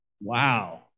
Wow